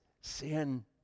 sin